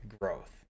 growth